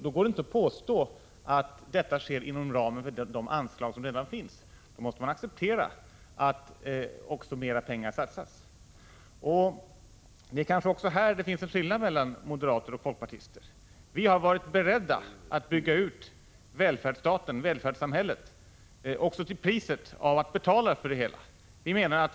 Det går inte att påstå att detta sker inom ramen för de anslag som redan finns. Då måste man acceptera att mera pengar satsas. Det är kanske i detta sammanhang som det finns en skillnad mellan moderater och folkpartister. Vi har varit beredda att bygga ut välfärdsstaten, välfärdssamhället, också till ett högre pris.